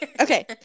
okay